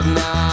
now